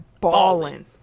balling